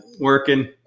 working